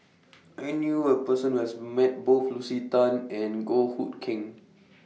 I knew A Person Who has Met Both Lucy Tan and Goh Hood Keng